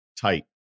tight